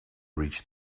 reach